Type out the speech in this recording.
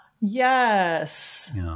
Yes